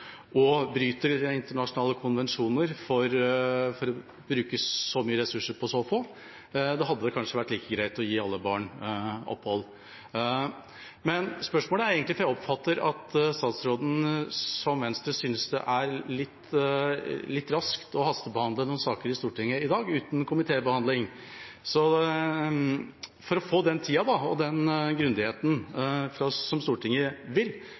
og bryter internasjonale konvensjoner – bruker så mye ressurser på så få. Det hadde kanskje vært like greit å gi alle barn opphold. Men spørsmålet er egentlig: Jeg oppfatter at statsråden, som Venstre, synes det er litt raskt å hastebehandle saken, uten komitébehandling, i Stortinget i dag. For å få den tida og den grundigheten som Stortinget vil